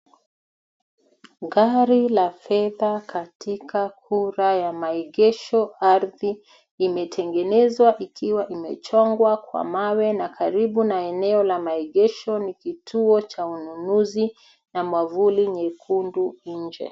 Gari la fedha katika kura ya maegesho, ardhi imetengenezwa ikiwa imechongwa kwa mawe, na karibu na eneo la maegesho, ni kituo cha ununuzi, na mwavuli, nyekundu nje.